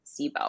SIBO